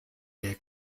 der